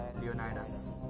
Leonidas